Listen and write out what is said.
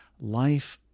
life